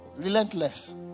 Relentless